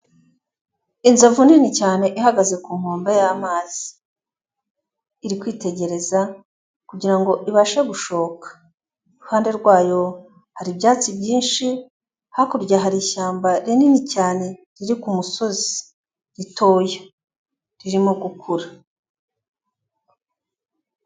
Inzovu nini cyane ihagaze ku nkombe y'amazi, iri kwitegereza kugira ngo ibashe gushoka, iruhande rwayo hari ibyatsi byinshi, hakurya hari ishyamba rinini cyane riri ku musozi ritoya ririmo gukura.